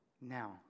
Now